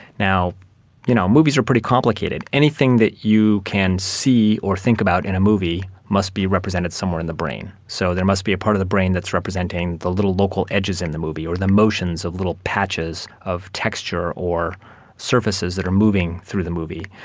you know movies are pretty complicated. anything that you can see or think about in a movie must be represented somewhere in the brain. so there must be a part of the brain that's representing the little local edges in the movie or the motions of little patches of texture or surfaces that are moving through the movie.